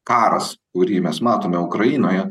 karas kurį mes matome ukrainoje